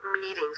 meetings